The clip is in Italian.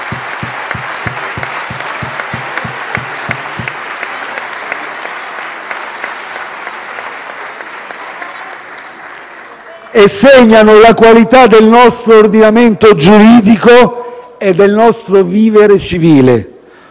e segnano la qualità del nostro ordinamento giuridico e del nostro vivere civile.